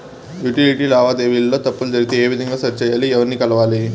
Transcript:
Utility లావాదేవీల లో తప్పులు జరిగితే ఏ విధంగా సరిచెయ్యాలి? ఎవర్ని కలవాలి?